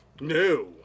No